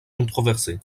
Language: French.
controversé